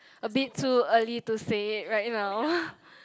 a bit too early to say it right now